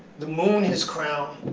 the moon his crown,